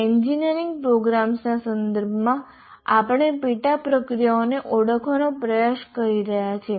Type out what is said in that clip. engineering પ્રોગ્રામ્સના સંદર્ભમાં આપણે પેટા પ્રક્રિયાઓને ઓળખવાનો પ્રયાસ કરી રહ્યા છીએ